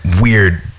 weird